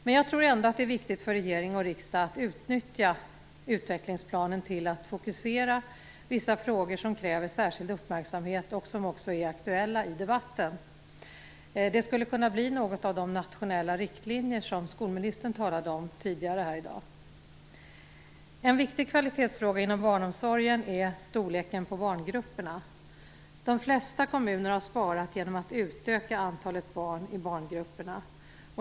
Men jag tror ändå att det är viktigt för regering och riksdag att utnyttja utvecklingsplanen för att fokusera på vissa frågor som kräver särskild uppmärksamhet och som också är aktuella i debatten. Det skulle kunna bli något av de nationella riktlinjer som skolministern talade om tidigare i dag. En viktig kvalitetsfråga inom barnomsorgen är storleken på barngrupperna. De flesta kommuner har sparat genom att utöka antalet barn i barngrupperna.